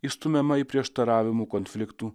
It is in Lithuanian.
įstumiama į prieštaravimų konfliktų